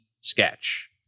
sketch